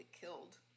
killed